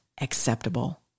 acceptable